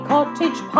Cottage